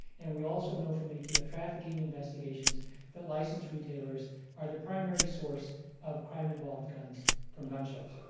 and we also know from atf trafficking investigations that licensed retailers are the primary source of crime-involved guns from gun shows.